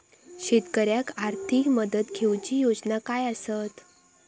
शेतकऱ्याक आर्थिक मदत देऊची योजना काय आसत?